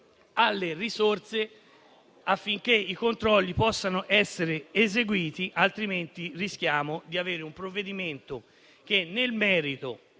alle risorse affinché i controlli possano essere eseguiti. In caso contrario, rischiamo di avere un provvedimento che nel merito